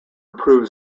approved